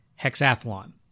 hexathlon